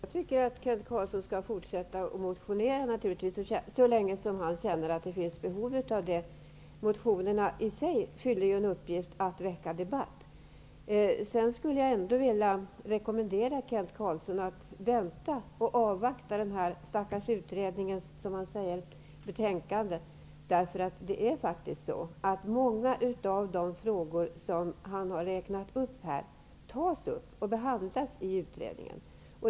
Herr talman! Jag tycker att Kent Carlsson naturligtvis skall fortsätta att väcka motioner så länge han känner att det finns behov för det. Motionerna i sig fyller ju en uppgift, nämligen att väcka debatt. Jag skulle vilja rekommendera Kent Carlsson att vänta och avvakta den ''stackars'' utredningens betänkande. Många av de frågor som Kent Carlsson har räknat upp här tas faktiskt upp och behandlas i utredningen.